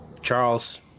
Charles